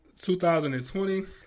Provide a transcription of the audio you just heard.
2020